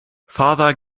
father